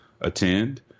attend